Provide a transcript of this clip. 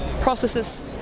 processes